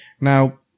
Now